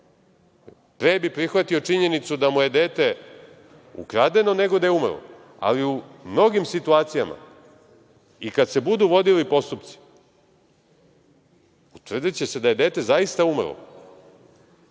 pre bi prihvatio činjenicu da mu je dete ukradeno, nego da je umrlo, ali u mnogim situacijama, i kada se budu vodili postupci, utvrdiće se da je dete zaista umrlo,